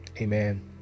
amen